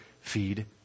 feed